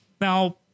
Now